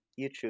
YouTube